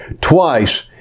Twice